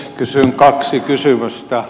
kysyn kaksi kysymystä